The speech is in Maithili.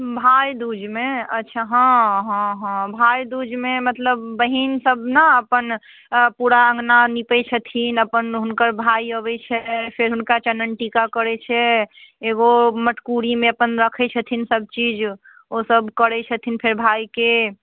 भाइदूजमे अच्छा हँ हँ हँ भाइदूजमे मतलब बहिन सभ ने अपन पूरा अपना अँगना नीपैत छथिन अपन हुनकर भाइ अबैत छै फेर हुनका चानन टीका करैत छै एगो मटकुरीमे अपन रखैत छथिन सभचीज ओ सभ करैत छथिन फेर भाइके